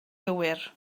gywir